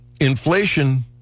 Inflation